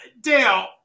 Dale